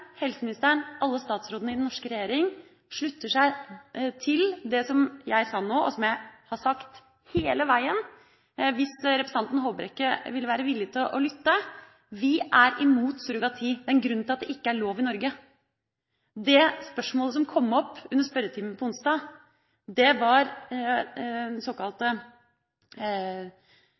helseministeren – alle statsrådene i den norske regjeringa – slutter seg til det jeg sa nå, og som jeg har sagt hele veien, hvis representanten Håbrekke ville være villig til å lytte: Vi er imot surrogati. Det er en grunn til at det ikke er lov i Norge. Det spørsmålet som kom opp under spørretimen på onsdag, var